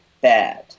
bad